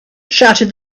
shouted